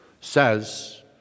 says